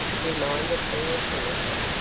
reminded earl hamilton.